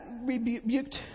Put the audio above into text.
rebuked